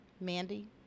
Mandy